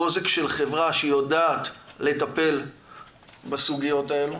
חוזק של חברה שהיא יודעת לטפל בסוגיות האלה.